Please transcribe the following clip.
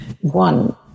one